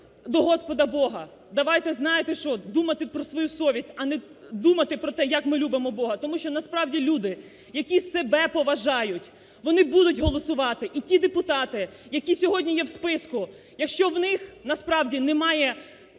до Господа Бога. Давайте, знаєте що? Думати про свою совість, а не думати про те, як ми любимо Бога, тому що насправді люди, які себе поважають, вони будуть голосувати. І ті депутати, які сьогодні є в списку, якщо в них насправді немає